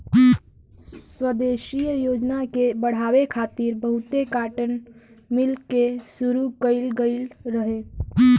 स्वदेशी योजना के बढ़ावे खातिर बहुते काटन मिल के शुरू कइल गइल रहे